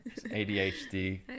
ADHD